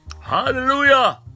Hallelujah